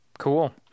Cool